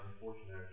unfortunately